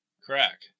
Crack